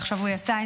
עכשיו הוא יצא.